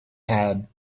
had